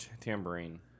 tambourine